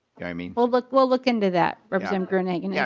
yeah i mean will look will look into that representative gruenhagen. yeah